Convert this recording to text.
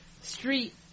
street